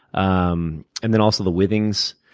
um and then also the withings.